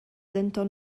denton